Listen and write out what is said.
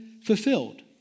fulfilled